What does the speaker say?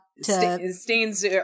Stains